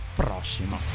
prossimo